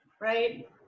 Right